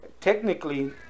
technically